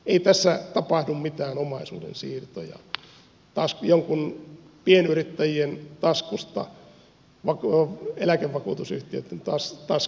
ei tässä tapahdu mitään omaisuudensiirtoja joidenkin pienyrittäjien taskusta eläkevakuutusyhtiöitten taskuihin